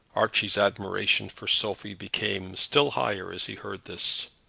archie's admiration for sophie became still higher as he heard this.